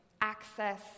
access